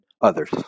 others